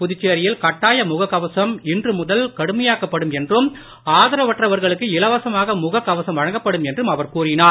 புதுச்சேரியில் கட்டாய முகக் கவசம் இன்று முதல் கடுமையாக்கப்படும் என்றும் ஆதரவற்றவர்களுக்கு இலவசமாக முகக் கவசம் வழங்கப்படும் என்றும் அவர் கூறினார்